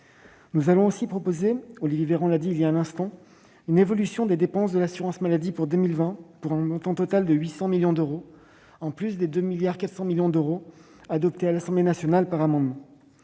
Nous allons également proposer, comme l'a souligné Olivier Véran, une évolution des dépenses de l'assurance maladie pour 2020 pour un montant total de 800 millions d'euros, en plus des 2,4 milliards d'euros adoptés à l'Assemblée nationale par voie d'amendement.